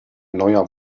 neuer